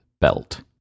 belt